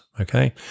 okay